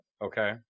Okay